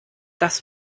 das